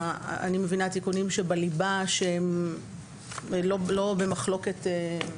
אני מבינה, התיקונים שבליבה שהם לא במחלוקת.